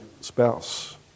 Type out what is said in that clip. spouse